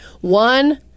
One